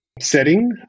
setting